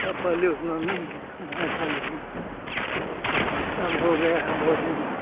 और पहले उतना न नहीं था लेकिन अब हो गया है बहुत इन्तज़ाम